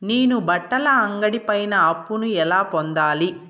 నేను బట్టల అంగడి పైన అప్పును ఎలా పొందాలి?